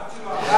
הבת שלו אמרה,